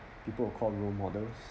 people who called role models